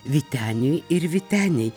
vyteniui ir vytenei